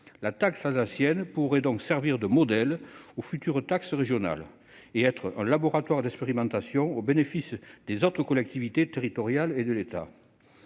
La taxe alsacienne pourrait donc servir de modèle aux futures taxes régionales et être un laboratoire d'expérimentation au bénéfice des autres collectivités territoriales et de l'État.